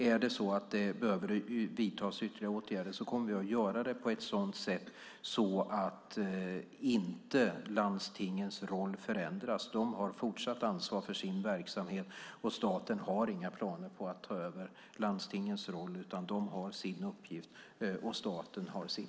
Är det så att det behöver vidtas ytterligare åtgärder kommer vi att göra det på ett sådant sätt att landstingens roll inte förändras. De har fortsatt ansvar för sin verksamhet, och staten har inga planer på att ta över landstingens roll. De har sin uppgift, och staten har sin.